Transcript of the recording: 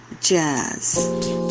jazz